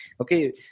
Okay